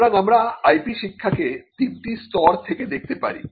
সুতরাং আমরা IP শিক্ষাকে তিনটি স্তর থেকে দেখতে পারি